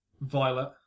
Violet